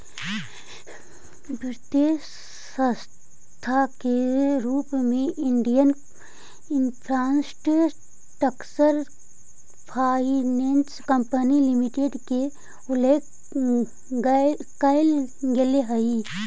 वित्तीय संस्था के रूप में Indian infrastructure finance company limited के उल्लेख कैल गेले हइ